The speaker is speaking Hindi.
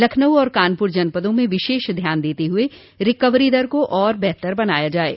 लखनऊ और कानपुर जनपदों में विशेष ध्यान देते हुए रिकवरी दर को और बेहतर बनाया जाये